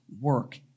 work